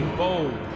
bold